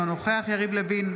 אינו נוכח יריב לוין,